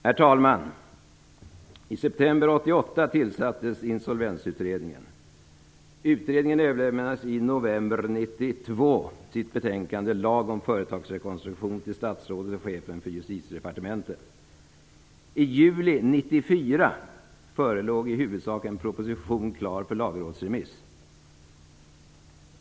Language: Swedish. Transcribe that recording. Herr talman! I september 1988 tillsattes Insolvensutredningen. Utredningen överlämnade i november 1992 sitt betänkande Lag om företagsrekonstruktion till statsrådet och chefen för Justitiedepartementet. I juli 1994 förelåg i huvudsak en proposition klar för lagrådsremiss.